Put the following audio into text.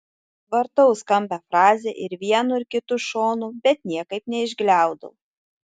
vartau skambią frazę ir vienu ir kitu šonu bet niekaip neišgliaudau